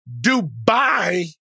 Dubai